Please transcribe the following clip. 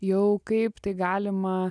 jau kaip tai galima